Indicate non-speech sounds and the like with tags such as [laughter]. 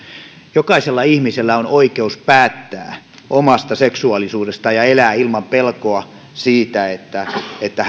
jokaisella ihmisellä on oikeus päättää omasta seksuaalisuudestaan ja elää ilman pelkoa siitä että että [unintelligible]